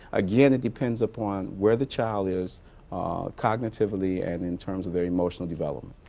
again, it depends upon where the child is cognitively and in terms of their emotional development.